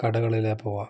കടകളിലാണ് പോവുക